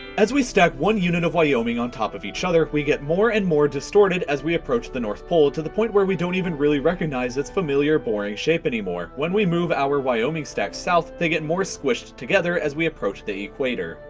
as we stack one unit of wyoming on top of each other, we get more and more distorted as we approach the north pole, to the point where we don't even really recognize it's familiar, boring shape anymore. when we move our wyoming stack south, they get more squished together as we approach the equator.